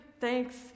thanks